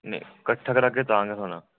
किट्ठा करागे तां गै थ्होना